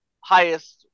highest